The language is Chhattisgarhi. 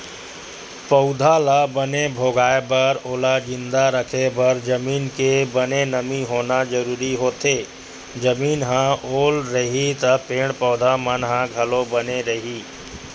पउधा ल बने भोगाय बर ओला जिंदा रखे बर जमीन के बने नमी होना जरुरी होथे, जमीन ह ओल रइही त पेड़ पौधा मन ह घलो बने रइही